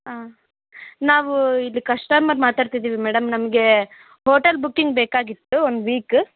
ಹಾಂ ನಾವು ಇಲ್ಲಿ ಕಶ್ಟಮರ್ ಮಾತಾಡ್ತಿದ್ದೀವಿ ಮೇಡಮ್ ನಮಗೆ ಹೋಟಲ್ ಬುಕಿಂಗ್ ಬೇಕಾಗಿತ್ತು ಒಂದು ವೀಕ